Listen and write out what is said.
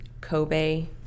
Kobe